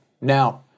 Now